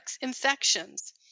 infections